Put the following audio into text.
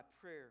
prayer